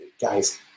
Guys